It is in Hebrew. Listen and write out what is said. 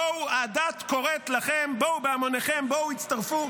בואו, הדת קוראת לכם, בואו בהמוניכם, בואו הצטרפו.